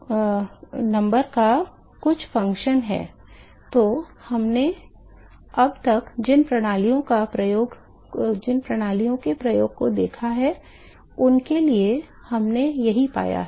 तो हमने अब तक जिन सभी प्रणालियों को देखा है उनके लिए हमने यही पाया है